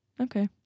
Okay